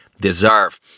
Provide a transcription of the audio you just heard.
deserve